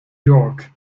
york